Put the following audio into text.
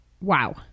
Wow